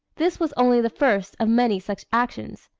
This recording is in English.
this was only the first of many such actions.